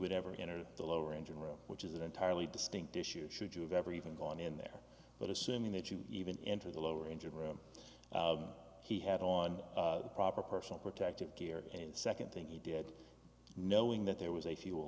would ever enter the lower engine room which is an entirely distinct issues should you have ever even gone in there but assuming that you even enter the lower engine room he had on proper personal protective gear and second thing he did knowing that there was